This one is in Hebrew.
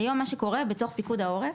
היום מה שקורה בתוך פיקוד העורף,